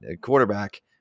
Quarterback